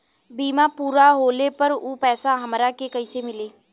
बीमा पूरा होले पर उ पैसा हमरा के कईसे मिली?